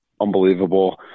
unbelievable